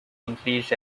english